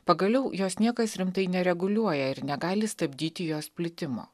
pagaliau jos niekas rimtai nereguliuoja ir negali stabdyti jos plitimo